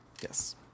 Yes